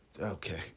Okay